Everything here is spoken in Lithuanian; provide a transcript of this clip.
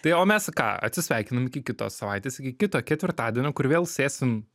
tai o mes ką atsisveikinam iki kitos savaitės iki kito ketvirtadienio kur vėl sėsim